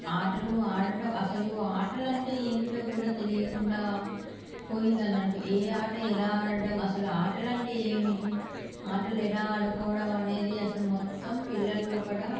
ఆటలు ఆడటం అస్సలు ఆటలు అంటే ఏమిటో కూడా తెలియకుండా పోయిందన్నట్టు ఏ ఆట ఎలా ఆడటం అస్సలు ఆటలు అంటే ఏమిటి ఆటలు ఎలా ఆడుకోవడం అనేది అస్సలు మొత్తం పిల్లల్లో కూడా